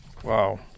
Wow